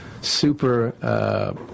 super